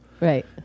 right